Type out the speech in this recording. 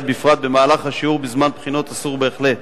בפרט במהלך השיעור ובזמן בחינות אסור בהחלט.